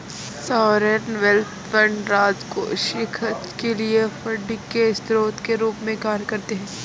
sovereign wealth fund राजकोषीय खर्च के लिए फंडिंग के स्रोत के रूप में कार्य करते हैं